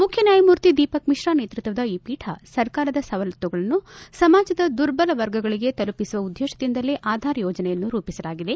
ಮುಖ್ಯ ನ್ಡಾಯಮೂರ್ತಿ ದೀಪಕ್ಮಿಶ್ರಾ ನೇತೃತ್ವದ ಈ ಪೀಠ ಸರ್ಕಾರದ ಸವಲತ್ತುಗಳನ್ನು ಸಮಾಜದ ದುರ್ಬಲ ವರ್ಗಗಳಗೆ ತಲುಪಿಸುವ ಉದ್ದೇಶದಿಂದಲೇ ಆಧಾರ್ ಯೋಜನೆಯನ್ನು ರೂಪಿಸಲಾಗಿದೆ